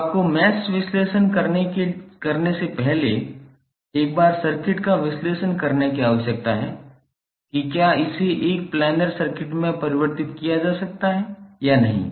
तो आपको मैश विश्लेषण करने से पहले एक बार सर्किट का विश्लेषण करने की आवश्यकता है कि क्या इसे एक प्लानर सर्किट में परिवर्तित किया जा सकता है या नहीं